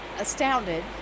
astounded